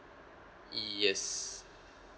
yes